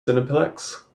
cineplex